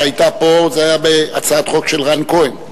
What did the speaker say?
והיתה פה הצעת חוק של חבר הכנסת רן כהן,